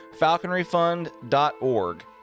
falconryfund.org